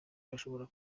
bashobora